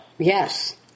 Yes